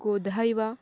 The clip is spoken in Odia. ଗାଧୋଇବା